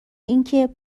اینکه